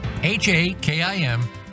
h-a-k-i-m